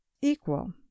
equal